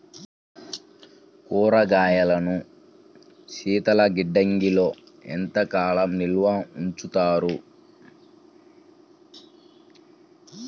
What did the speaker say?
కూరగాయలను శీతలగిడ్డంగిలో ఎంత కాలం నిల్వ ఉంచుతారు?